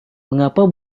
mengapa